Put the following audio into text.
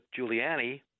Giuliani